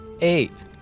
Eight